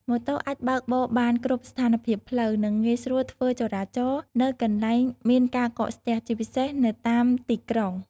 ម៉ូតូអាចបើកបរបាន គ្រប់ស្ថានភាពផ្លូវ និងងាយស្រួលធ្វើចរាចរណ៍នៅកន្លែងមានការកកស្ទះ ជាពិសេសនៅតាមទីក្រុង ។